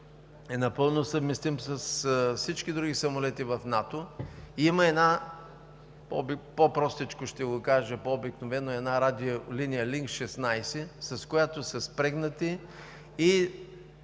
е напълно съвместим с всички други самолети в НАТО. Има една, по-простичко ще го кажа, по обикновено, радиолиния Линк-16, с която са спрегнати, и